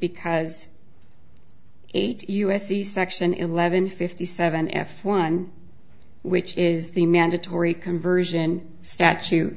because eight u s c section eleven fifty seven f one which is the mandatory conversion statute